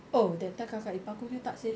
oh that time kakak ipar aku punya tak seh